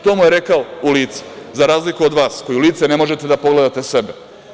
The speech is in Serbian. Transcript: To mu je rekao u lice, za razliku od vas koji u lice ne možete da pogledate sebe.